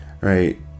right